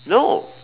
no